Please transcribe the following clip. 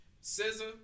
Scissor